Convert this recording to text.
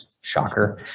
shocker